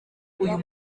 uyu